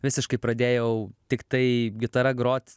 visiškai pradėjau tiktai gitara grot